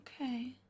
Okay